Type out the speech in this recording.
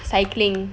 cycling